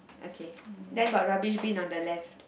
okay then got rubbish bin on the left